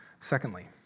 Secondly